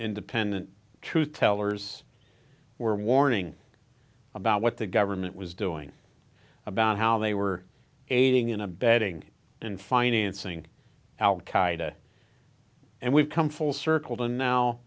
independent truth tellers were warning about what the government was doing about how they were aiding and abetting and financing al qaeda and we've come full circle to now